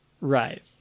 Right